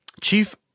chief